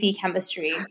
chemistry